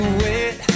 wait